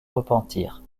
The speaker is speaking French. repentir